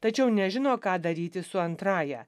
tačiau nežino ką daryti su antrąja